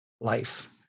life